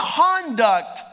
conduct